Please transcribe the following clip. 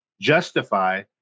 justify